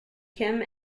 kim